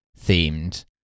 themed